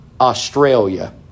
Australia